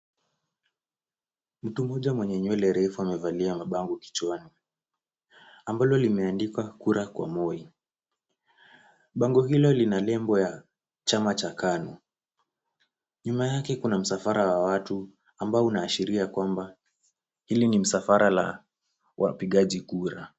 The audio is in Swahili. Mtu moja mwenye nywele refu amevalia mabango kichwani, ambalo limeandikwa kura kwa Moi. Bango hilo lina nembo ya chama cha kanu. Nyuma yake kuna msafara wa watu, ambao unashiaria kwamba hili ni msafara la wapigaji kura.